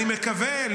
אני מקווה,